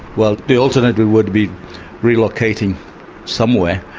well, the alternative would be relocating somewhere.